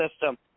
system